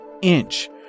inch